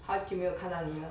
好久没有看到你了